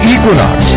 Equinox